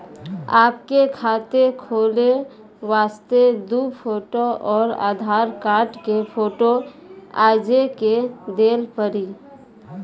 आपके खाते खोले वास्ते दु फोटो और आधार कार्ड के फोटो आजे के देल पड़ी?